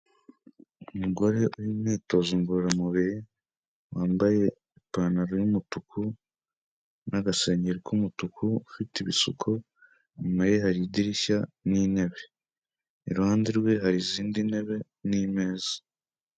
Umugore uri mu myitozo ngororamubiri, wambaye ipantaro y'umutuku n'agasengeri k'umutuku, ufite ibisuko, inyuma ye hari idirishya n'intebe, iruhande rwe hari izindi ntebe n'imeza.